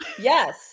Yes